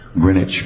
Greenwich